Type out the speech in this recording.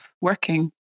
working